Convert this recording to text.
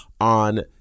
on